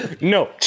No